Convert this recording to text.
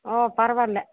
ம் பரவாயில்லை